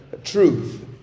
Truth